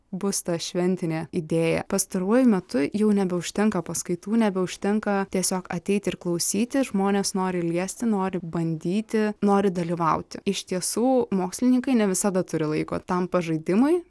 bus ta šventinė idėja pastaruoju metu jau nebeužtenka paskaitų nebeužtenka tiesiog ateiti ir klausyti žmonės nori liesti nori bandyti nori dalyvauti iš tiesų mokslininkai ne visada turi laiko tam pažaidimui